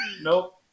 Nope